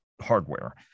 hardware